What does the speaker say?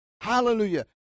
Hallelujah